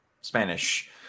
Spanish